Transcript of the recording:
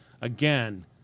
again